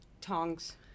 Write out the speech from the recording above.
tongs